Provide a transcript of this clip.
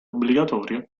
obbligatorio